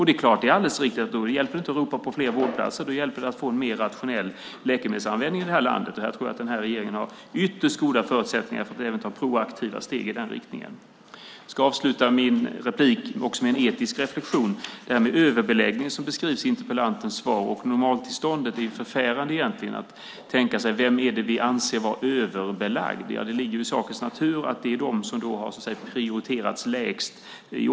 Det är givetvis alldeles riktigt att det då inte hjälper att ropa på fler vårdplatser. Det gäller att i stället få en mer rationell läkemedelsanvändning i landet. Jag tror att regeringen har ytterst goda förutsättningar att ta proaktiva steg i den riktningen. Jag ska i detta inlägg också göra en etisk reflexion. I interpellationen tas frågan om överbeläggning upp. Om vi talar om överbeläggning och normaltillstånd är det egentligen förfärande att tänka sig vem det är vi anser vara överbelagd. Det ligger i sakens natur att det är den som så att säga har prioriterats lägst.